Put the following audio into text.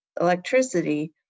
electricity